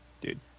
Dude